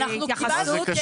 התייחסות?